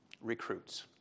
recruits